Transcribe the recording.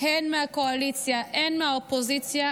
הן מהקואליציה והן מהאופוזיציה,